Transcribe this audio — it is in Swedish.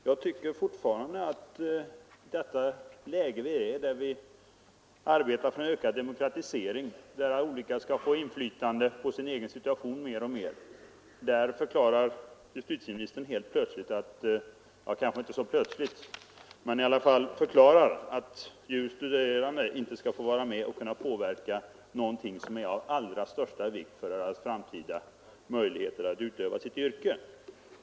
Herr talman! I ett läge där vi arbetar för ökad demokratisering genom att olika grupper skall få mer och mer inflytande på sin egen situation förklarar justitieministern helt plötsligt — kanske är det inte så plötsligt egentligen — att de juris studerande inte skall få vara med och påverka någonting som är av allra största vikt för deras framtida möjligheter att utöva sitt yrke.